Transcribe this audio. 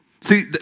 see